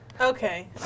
Okay